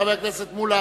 חבר הכנסת מולה